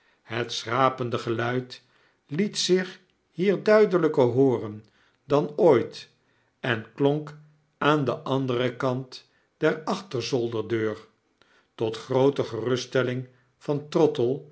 het schrapende geluid liet zich hier duideljjker hooren dan ooit en klonk aan den anderen kant der achterzolderdeur tot groote geruststelling van